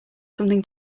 something